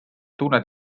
tunned